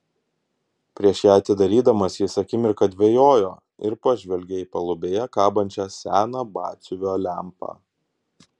prieš ją atidarydamas jis akimirką dvejojo ir pažvelgė į palubėje kabančią seną batsiuvio lempą